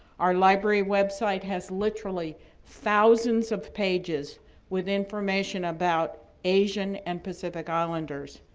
our library website has literally thousands of pages with information about asian and pacific islanders.